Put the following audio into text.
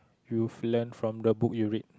you've learn from the book you read